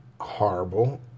horrible